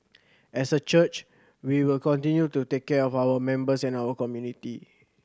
as a church we will continue to take care of our members and our community